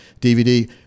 DVD